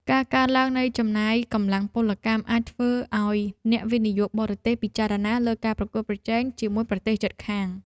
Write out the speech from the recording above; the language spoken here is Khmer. ការកើនឡើងនៃចំណាយកម្លាំងពលកម្មអាចធ្វើឱ្យអ្នកវិនិយោគបរទេសពិចារណាលើការប្រកួតប្រជែងជាមួយប្រទេសជិតខាង។